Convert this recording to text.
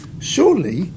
surely